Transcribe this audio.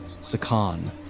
Sakan